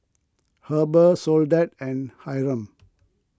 Heber Soledad and Hyrum